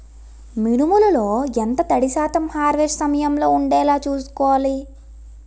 మినుములు లో ఎంత తడి శాతం హార్వెస్ట్ సమయంలో వుండేలా చుస్కోవాలి?